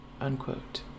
unquote